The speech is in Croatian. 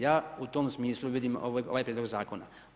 Ja u tom smislu vidim ovaj prijedlog zakona.